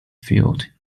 field